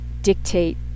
dictate